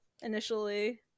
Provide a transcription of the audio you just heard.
initially